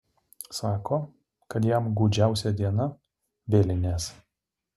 sako kad jam gūdžiausia diena vėlinės